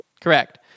Correct